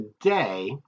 today